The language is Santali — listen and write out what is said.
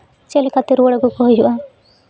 ᱪᱮᱫ ᱞᱮᱠᱟᱛᱮ ᱨᱩᱣᱟᱹᱲ ᱟᱜᱩ ᱠᱚ ᱦᱩᱭᱩᱜᱼᱟ